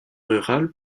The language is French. rural